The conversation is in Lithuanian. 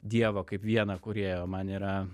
dievo kaip vieno kūrėjo man yra